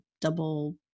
double